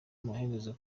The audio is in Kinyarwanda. amaherezo